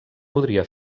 podria